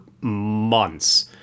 months